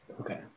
Okay